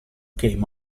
came